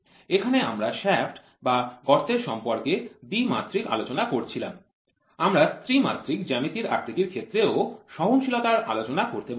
এখানে আমরা শ্যাফ্ট বা গর্তের সম্পর্কে দ্বিমাত্রিক ২D আলোচনা করছিলাম আমরা ত্রিমাত্রিক ৩D জ্যামিতিক আকৃতির ক্ষেত্রে ও সহনশীলতার আলোচনা করতে পারি